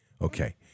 Okay